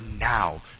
now